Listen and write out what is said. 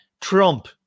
Trump